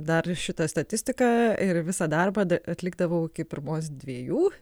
dar šita statistika ir visą darbą da atlikdavau iki pirmos dviejų